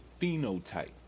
phenotype